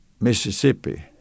Mississippi